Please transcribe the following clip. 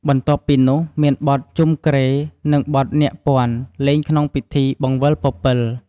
បន្ទាប់់ពីនោះមានបទជំុគ្រែនិងបទនាគព័ន្ធ លេងក្នងពិធីបង្វិលពពិល។